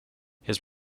his